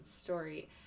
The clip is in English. story